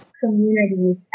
communities